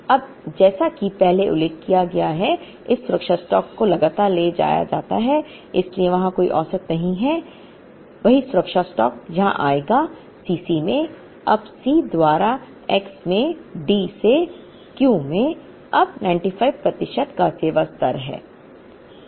अब जैसा कि पहले उल्लेख किया गया है इस सुरक्षा स्टॉक को लगातार ले जाया जाता है इसलिए वहां कोई औसत नहीं है वही सुरक्षा स्टॉक यहां आएगा C c में अब C द्वारा x में D से Q में अब 95 प्रतिशत का सेवा स्तर है